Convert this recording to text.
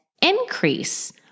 increase